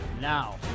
Now